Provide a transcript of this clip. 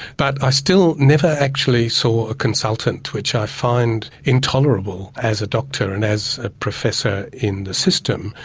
but i still never actually saw a consultant, which i find intolerable as a doctor and as a professor in the system.